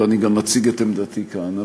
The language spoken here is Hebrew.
ואני גם אציג את עמדתי כאן,